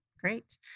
Great